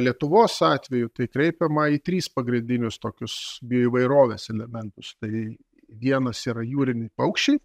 lietuvos atveju tai kreipiama į tris pagrindinius tokius bioįvairovės elementus tai vienas yra jūriniai paukščiai